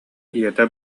ийэтэ